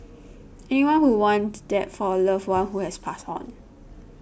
anyone would want that for a loved one who has passed on